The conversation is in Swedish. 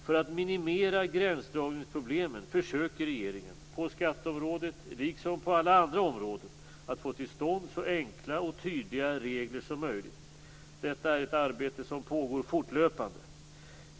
För att minimera gränsdragningsproblemen försöker regeringen, på skatteområdet liksom på alla andra områden, att få till stånd så enkla och tydliga regler som möjligt. Detta är ett arbete som pågår fortlöpande.